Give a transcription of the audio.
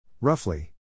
Roughly